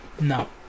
No